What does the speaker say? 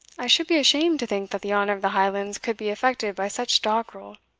i should be ashamed to think that the honour of the highlands could be affected by such doggrel.